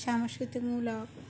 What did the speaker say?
সংস্কৃতি মূলক